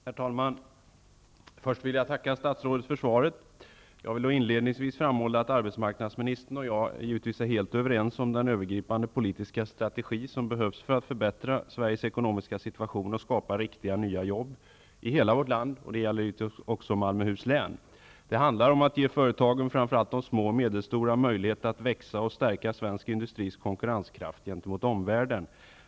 Herr talman! Först vill jag tacka statsrådet för svaret. Jag vill inledningsvis framhålla att arbetsmarknadsministern och jag givetvis är helt överens om den övergripande politiska strategi som behövs för att förbättra Sveriges ekonomiska situation och skapa riktiga nya jobb i hela vårt land. Det gäller givetvis också Malmöhus län. Det handlar om att ge framför allt de små och medelstora företagen möjlighet att växa och stärka svensk industris konkurrenskraft gentemot omvärlden.